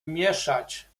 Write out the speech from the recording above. mieszać